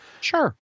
Sure